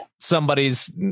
somebody's